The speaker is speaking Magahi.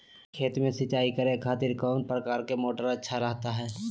खेत में सिंचाई करे खातिर कौन प्रकार के मोटर अच्छा रहता हय?